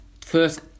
first